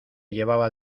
llevaba